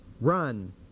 run